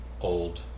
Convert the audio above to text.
old